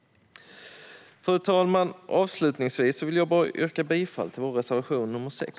Fru talman! Avslutningsvis vill jag yrka bifall till vår reservation 6.